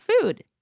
food